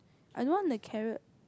I don't want the carrot